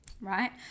right